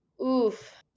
Oof